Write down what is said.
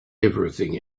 everything